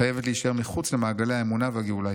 חייבת להישאר מחוץ למעגל האמונה והגאולה.